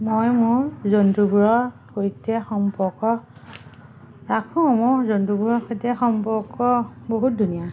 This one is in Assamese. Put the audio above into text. মই মোৰ জন্তুবোৰৰ সৈতে সম্পৰ্ক ৰাখোঁ মোৰ জন্তুবোৰৰ সৈতে সম্পৰ্ক বহুত ধুনীয়া